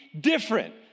different